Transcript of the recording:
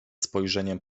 spojrzeniem